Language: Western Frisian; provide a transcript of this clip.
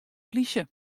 plysje